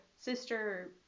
sister